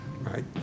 right